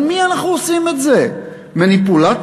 על מי אנחנו עושים את זה, מניפולטורים?